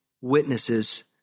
witnesses